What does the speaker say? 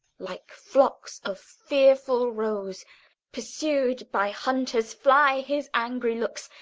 like flocks of fearful roes pursu'd by hunters, fly his angry looks,